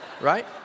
right